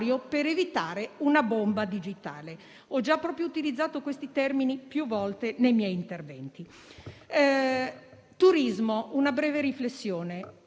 per evitare una bomba digitale. Ho già utilizzato proprio questi termini più volte nei miei interventi. Una breve riflessione